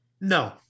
No